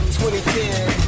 2010